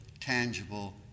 tangible